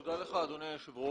תודה לך אדוני היושב ראש.